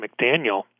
McDaniel